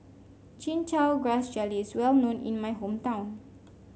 Chin Chow Grass Jelly is well known in my hometown